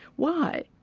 why?